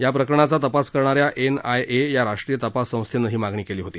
या प्रकरणाचा तपास करणाऱ्या एन आय ए या राष्ट्रीय तपास संस्थेनं ही मागणी केली होती